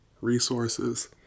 resources